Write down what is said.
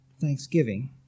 Thanksgiving